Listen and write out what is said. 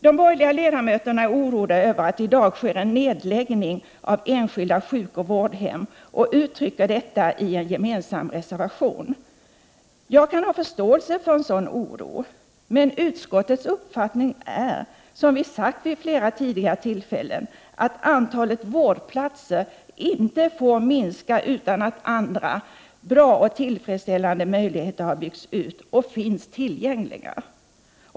De borgerliga ledamöterna är oroade över att det i dag sker en nedläggning av enskilda sjukoch vårdhem, och uttrycker detta i en gemensam reservation. Jag kan ha förståelse för en sådan oro. Men utskottets uppfattning är, som vi sagt vid flera tidigare tillfällen, att antalet vårdplatser inte får minska utan att andra tillfredsställande vårdmöjligheter har byggts ut och finns tillgängliga.